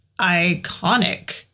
iconic